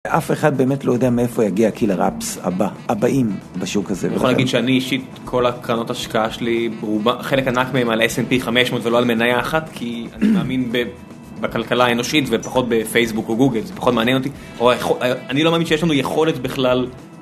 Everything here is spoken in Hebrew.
אף אחד באמת לא יודע מאיפה יגיע הקילר ראפס הבא, הבאים, בשוק הזה. אני יכול להגיד שאני אישית, כל הקרנות השקעה שלי, חלק ענק מהם על S&P 500 ולא על מניה אחת, כי אני מאמין בכלכלה האנושית, ופחות בפייסבוק וגוגל, זה פחות מעניין אותי. אני לא מאמין שיש לנו יכולת בכלל...